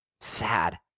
sad